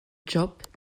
job